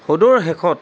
সদুৰ শেষত